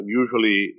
usually